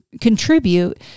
contribute